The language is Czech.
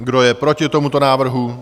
Kdo je proti tomuto návrhu?